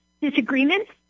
disagreements